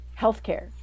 healthcare